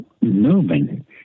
moving